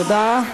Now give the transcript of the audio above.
תודה.